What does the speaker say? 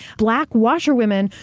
black washerwomen,